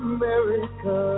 America